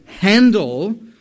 handle